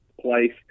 place